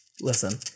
Listen